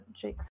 Jake